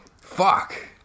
fuck